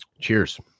Cheers